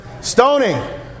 Stoning